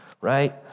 right